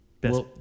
best